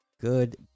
Good